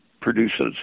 produces